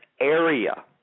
area